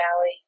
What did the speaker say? valley